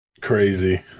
Crazy